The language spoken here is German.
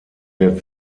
der